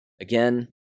Again